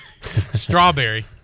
Strawberry